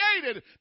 created